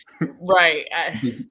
right